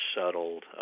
settled